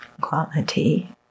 quality